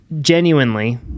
genuinely